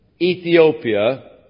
Ethiopia